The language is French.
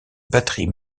batterie